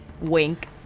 Wink